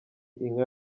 inka